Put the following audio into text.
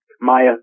Maya